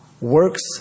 works